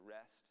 rest